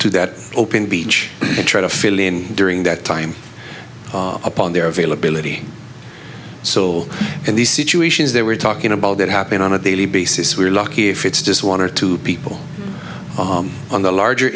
to that open beach to try to fill in during that time upon their availability so in these situations there we're talking about that happening on a daily basis we're lucky if it's just one or two people on the larger